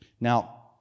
Now